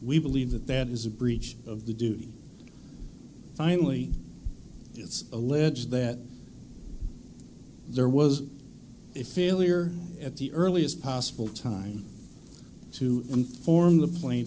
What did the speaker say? we believe that that is a breach of the duty finally it's alleged that there was a failure at the earliest possible time to inform the pla